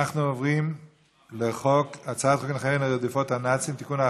אנחנו עוברים להצעת חוק נכי רדיפות הנאצים (תיקון מס 20) (תיקון,